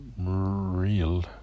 real